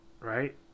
right